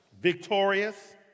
Victorious